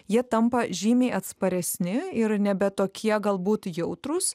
jie tampa žymiai atsparesni ir nebe tokie galbūt jautrūs